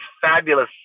fabulous